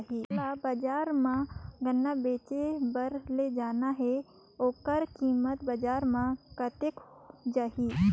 मोला बजार मां गन्ना बेचे बार ले जाना हे ओकर कीमत बजार मां कतेक जाही?